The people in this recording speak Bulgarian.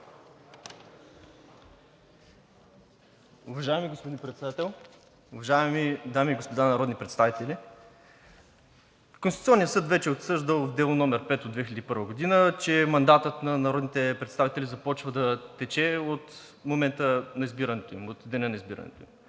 Уважаеми господин Председател, уважаеми дами и господа народни представители! Конституционният съд вече е отсъждал в Дело № 5 от 2001 г., че мандатът на народните представители започва да тече от момента на избирането им – от деня на избирането им.